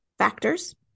factors